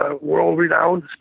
world-renowned